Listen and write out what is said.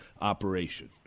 operation